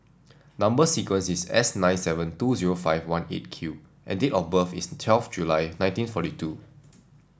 number sequence is S nine seven two zero five one Eight Q and date of birth is twelfth July nineteen forty two